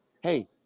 Hey